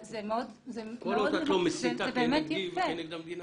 זה באמת יפה --- כל עוד את לא מסיתה כנגדי או כנגד המדינה.